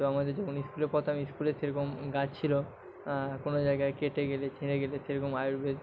তো আমাদের যখন ইস্কুলে পড়তাম ইস্কুলে সেরকম গাছ ছিল কোনো জায়গায় কেটে গেলে ছিঁড়ে গেলে সেরকম আয়ুর্বেদ